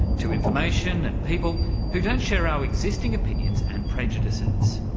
to information and people who don't share our existing opinions and prejudices.